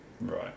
Right